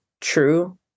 true